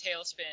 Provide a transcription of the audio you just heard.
Tailspin